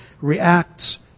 reacts